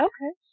Okay